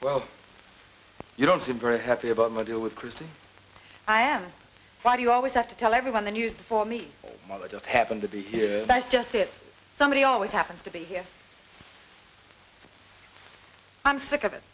well you don't seem very happy about my deal with crystal i am why do you always have to tell everyone the news before me mother just happened to be here that's just it somebody always happens to be here i'm sick of it